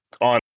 on